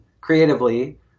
creatively